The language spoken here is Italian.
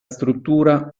struttura